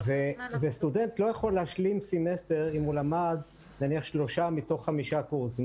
וסטודנט לא יכול להשלים סמסטר אם הוא למד נניח שלושה מתוך חמישה קורסים.